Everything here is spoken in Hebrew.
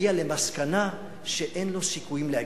יגיע למסקנה שאין לו סיכויים להגיע.